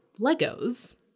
Legos